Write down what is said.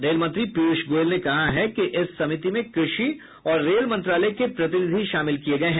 rail मंत्री पीयूष गोयल ने कहा है कि इस समिति में कृषि और रेल मंत्रालय के प्रतिनिधि शामिल किए गए हैं